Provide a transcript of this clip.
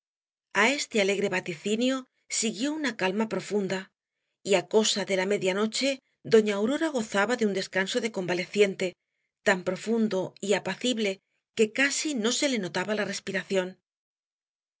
este alegre vaticinio siguió una calma profunda y á cosa de la media noche doña aurora gozaba de un descanso de convaleciente tan profundo y apacible que casi no se le notaba la respiración